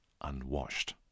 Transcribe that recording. unwashed